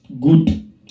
good